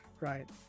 right